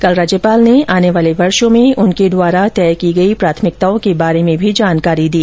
कल राज्यपाल ने आने वाले वर्षो में उनके द्वारा तय की गई प्राथमिकताओं के बारे में भी जानकारी दी